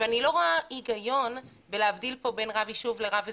ואני לא רואה היגיון בין להבדיל פה בין רב יישוב לרב אזורי,